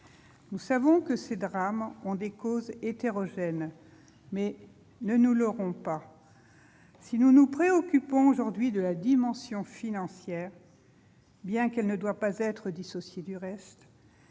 Nous savons que ces drames ont des causes multiples. Toutefois, ne nous leurrons pas : si nous nous préoccupons aujourd'hui de la dimension financière, bien qu'elle ne doive pas être dissociée du reste,